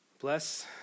Bless